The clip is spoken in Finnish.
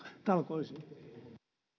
talkoisiin